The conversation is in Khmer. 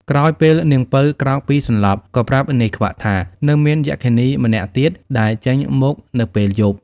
ក្រោយពេលនាងពៅក្រោកពីសន្លប់ ក៏ប្រាប់នាយខ្វាក់ថា នៅមានយក្ខិនីម្នាក់ទៀតដែលចេញមកនៅពេលយប់។